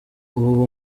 uwo